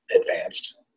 advanced